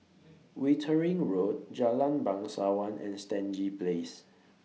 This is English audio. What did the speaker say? Wittering Road Jalan Bangsawan and Stangee Place